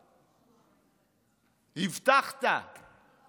הבטחת, תקיים.